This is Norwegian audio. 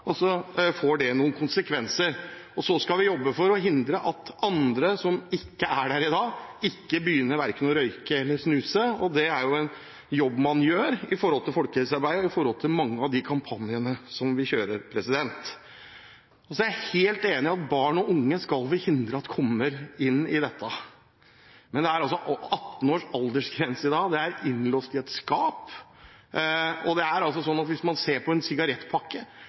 og så får det noen konsekvenser. Så skal vi jobbe for å hindre at andre som ikke er der i dag, verken begynner å røyke eller snuse. Det er en jobb man gjør med folkehelsearbeid og med mange av kampanjene vi kjører. Så er jeg helt enig i at vi skal hindre at barn og unge kommer inn i dette. Men det er altså 18 års aldersgrense i dag, det er innlåst i et skap, og det er altså sånn at hvis man ser på en sigarettpakke,